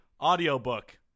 audiobook